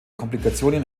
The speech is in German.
komplikationen